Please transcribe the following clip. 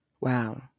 Wow